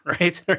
right